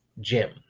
Jim